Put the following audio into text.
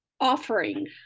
offering